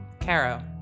Caro